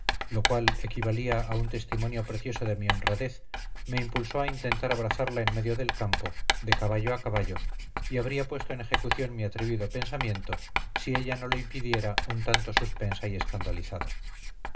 lo cual equivalía a un testimonio precioso de mi honradez me impulsó a intentar abrazarla en medio del campo de caballo a caballo y habría puesto en ejecución mi atrevido pensamiento si ella no lo impidiera un tanto suspensa y escandalizada